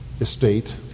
estate